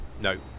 No